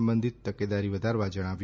સંબંધિત તકેદારી વધારવા જણાવ્યું